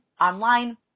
online